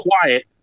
quiet